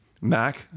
Mac